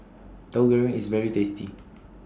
Tahu Goreng IS very tasty